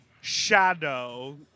shadow